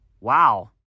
Wow